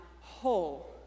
whole